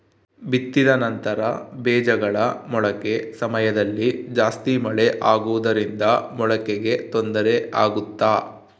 ಬಿತ್ತಿದ ನಂತರ ಬೇಜಗಳ ಮೊಳಕೆ ಸಮಯದಲ್ಲಿ ಜಾಸ್ತಿ ಮಳೆ ಆಗುವುದರಿಂದ ಮೊಳಕೆಗೆ ತೊಂದರೆ ಆಗುತ್ತಾ?